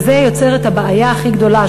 וזה יוצר את הבעיה הכי גדולה,